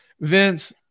Vince